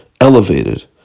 elevated